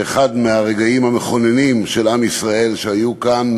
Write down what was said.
באחד הרגעים המכוננים של עם ישראל שהיו כאן